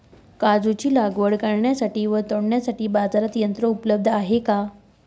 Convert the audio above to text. काजूची लागवड करण्यासाठी व तोडण्यासाठी बाजारात यंत्र उपलब्ध आहे का?